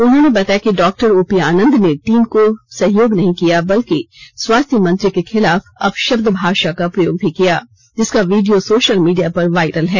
उन्होंने बताया कि डॉक्टर ओपी आनंद ने टीम को सहयोग नहीं किया बल्कि स्वास्थ्य मंत्री के खिलाफ अपशब्द भाषा का प्रयोग भी किया जिसका वीडियो सोशल मीडिया पर वायरल है